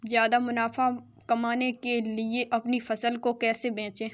ज्यादा मुनाफा कमाने के लिए अपनी फसल को कैसे बेचें?